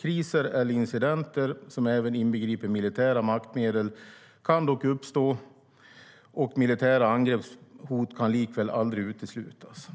Kriser eller incidenter som även inbegriper militära maktmedel kan dock uppstå, och militära angreppshot kan likväl aldrig uteslutas.